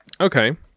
Okay